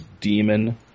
demon